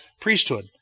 priesthood